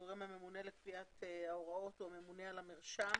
הגורם הממונה לקביעת ההוראות הוא הממונה על המרשם.